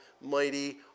mighty